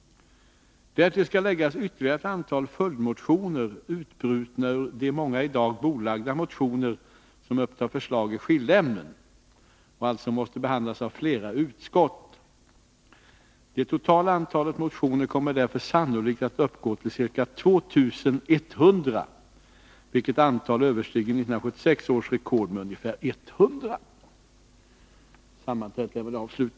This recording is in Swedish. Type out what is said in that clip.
Därtill skall läggas ytterligare ett antal följdmotioner, utbrutna ur de 67 många i dag bordlagda motioner som upptar förslag i skilda ämnen och alltså måste behandlas av flera utskott. Det totala antalet motioner kommer därför sannolikt att uppgå till ca 2 100, vilket antal väsentligt överstiger 1976 års rekord.